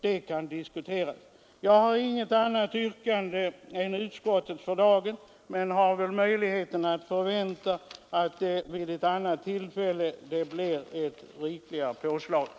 Jag har för dagen inget annat yrkande än om bifall till utskottets hemställan men förväntar mig att det vid något annat tillfälle blir ett kraftigare påslag på detta bidrag.